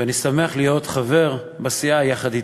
ואני שמח להיות חבר בסיעה יחד אתה.